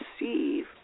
receive